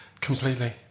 Completely